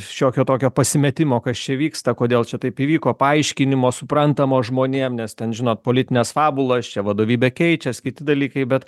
šiokio tokio pasimetimo kas čia vyksta kodėl čia taip įvyko paaiškinimo suprantamo žmonėms nes ten žinot politinės fabulas čia vadovybė keičiasi kiti dalykai bet